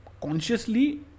consciously